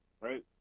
Right